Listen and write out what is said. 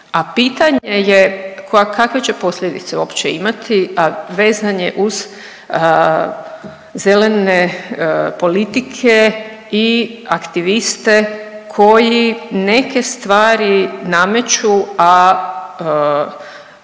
a pitanje je kakve će posljedice uopće imati, a vezan je uz zelene politike i aktiviste koji neke stvari nameću, a